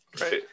Right